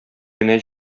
генә